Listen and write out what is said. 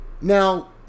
Now